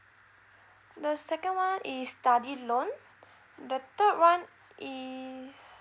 the second one is study loan the third one is